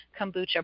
kombucha